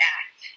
act